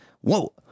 Whoa